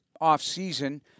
off-season